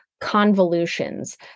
convolutions